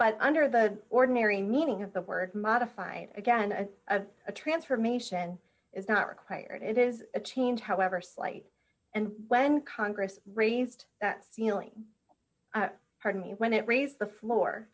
but under the ordinary meaning of the word modified again as of a transformation is not required it is a change however slight and when congress raised that feeling pardon me when it raised the floor